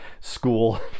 school